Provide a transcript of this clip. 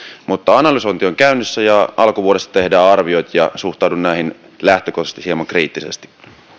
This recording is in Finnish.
mutta analysointi on käynnissä alkuvuodesta tehdään arviot ja suhtaudun näihin lähtökohtaisesti hieman kriittisesti